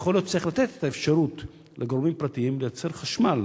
ויכול להיות שצריך לתת את האפשרות לגורמים פרטיים לייצר חשמל,